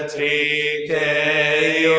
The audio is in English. a a